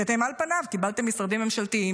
כי אתם על פניו קיבלתם משרדים ממשלתיים,